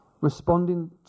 responding